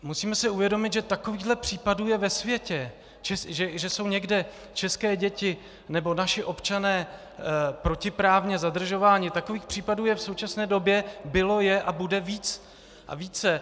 Musíme si uvědomit, že takových případů je ve světě, že jsou někde české děti nebo naši občané protiprávně zadržování, takových případů je v současné době, bylo, je a bude víc a víc.